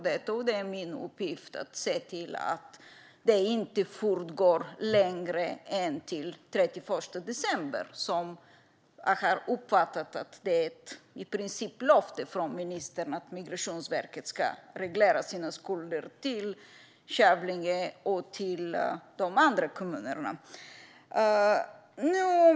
Det är min uppgift att se till att det inte fortgår längre än till den 31 december. Jag har uppfattat det som ett löfte, i princip, från ministern att Migrationsverket ska reglera sina skulder till Kävlinge och de andra kommunerna.